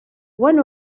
one